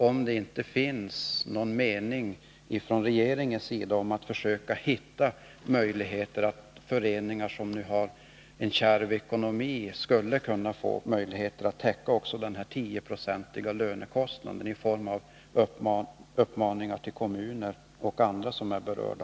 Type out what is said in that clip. Har regeringen för avsikt att söka hitta möjligheter för föreningar, som nu har en kärv ekonomi, att täcka också dessa 10 96, t.ex. i form av uppmaningar till kommuner och andra berörda?